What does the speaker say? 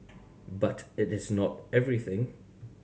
but it is not everything